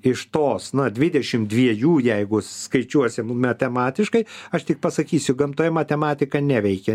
iš tos na dvidešim dviejų jeigu skaičiuosim matematiškai aš tik pasakysiu gamtoje matematika neveikia